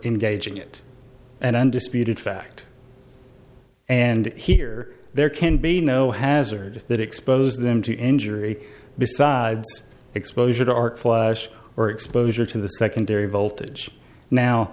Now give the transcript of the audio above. engaging it and undisputed fact and here there can be no hazard that expose them to injury besides exposure to art flush or exposure to the secondary voltage now